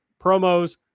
promos